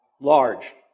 large